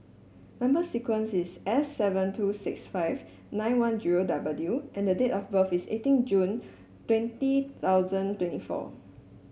number sequence is S seven two six five nine one zero W and date of birth is eighteen June twenty thousand twenty four